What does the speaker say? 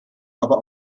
aber